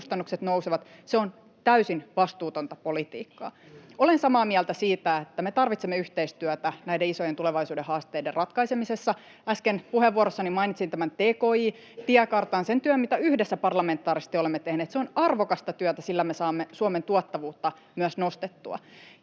elinkustannukset nousevat, on täysin vastuutonta politiikkaa. Olen samaa mieltä siitä, että me tarvitsemme yhteistyötä näiden isojen tulevaisuuden haasteiden ratkaisemisessa. Äsken puheenvuorossani mainitsin tämän tki-tiekartan, sen työn, mitä yhdessä parlamentaarisesti olemme tehneet. Se on arvokasta työtä. Myös sillä me saamme Suomen tuottavuutta nostettua.